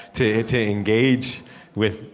to to engage with,